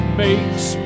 makes